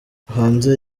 hanze